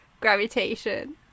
gravitation